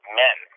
men